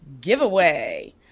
giveaway